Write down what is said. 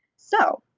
so,